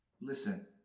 Listen